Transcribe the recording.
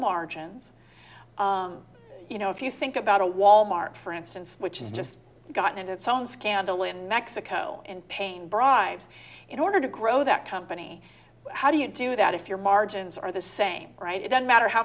margins you know if you think about a wal mart for instance which is just gotten its own scandal in mexico and pain bribes in order to grow that company how do you do that if your margins are the same right it doesn't matter how